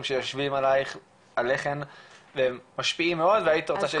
שיושבים עליכם ומשפיעים מאוד והיית רוצה שישתנו.